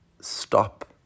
Stop